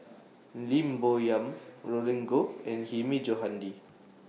Lim Bo Yam Roland Goh and Hilmi Johandi